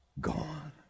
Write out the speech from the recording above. gone